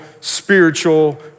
spiritual